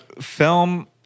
Film